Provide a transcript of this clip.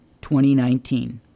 2019